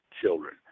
children